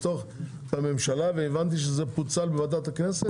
היה בממשלה והבנתי שזה פוצל בוועדת הכנסת.